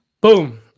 boom